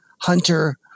hunter